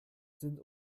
sind